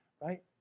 right